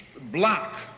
block